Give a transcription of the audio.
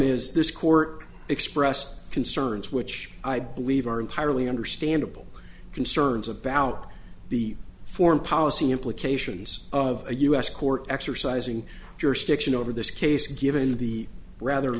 this court expressed concerns which i believe are entirely understandable concerns about the foreign policy implications of a u s court exercising jurisdiction over this case given the rather